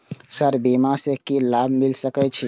Sir बीमा से की लाभ मिल सके छी?